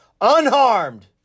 unharmed